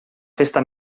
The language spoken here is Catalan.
festa